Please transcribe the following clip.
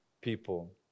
people